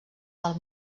del